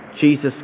Jesus